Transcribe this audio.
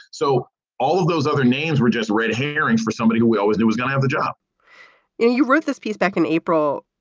so all of those other names were just red herrings for somebody who we always knew was going to have the job and you wrote this piece back in april